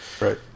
right